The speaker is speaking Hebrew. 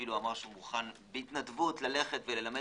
אפילו אמר שהוא מוכן בהתנדבות ללמד שוטרים,